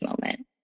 moment